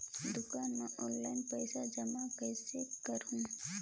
दुकान म ऑनलाइन पइसा जमा कइसे करहु?